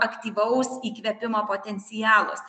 aktyvaus įkvėpimo potencialus